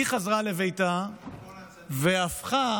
היא חזרה לביתה והפכה